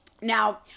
Now